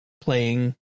playing